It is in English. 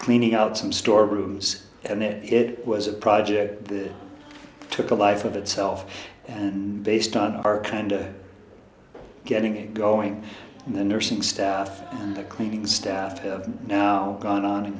cleaning out some store brooms and then it was a project that took a life of itself and based on our kind of getting it going and the nursing staff and the cleaning staff have now gone on and